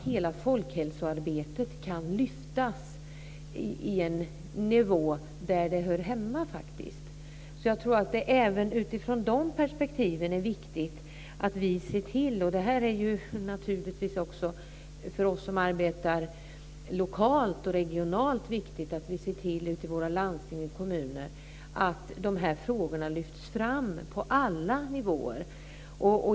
Hela folkhälsoarbetet kan då lyftas till en nivå där det hör hemma. Även utifrån det perspektivet är det viktigt att vi ser till att det blir så. Det är också viktigt för oss som arbetar lokalt och regionalt ute i våra landsting och kommuner att se till att dessa frågor lyfts fram på allvar på alla nivåer.